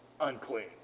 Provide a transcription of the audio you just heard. unclean